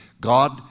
God